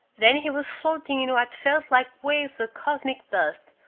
then he was floating in what felt like waves of cosmic dust,